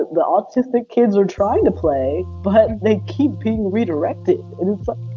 the autistic kids are trying to play, but they keep being redirected. and it's ah